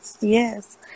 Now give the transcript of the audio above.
Yes